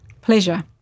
Pleasure